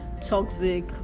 toxic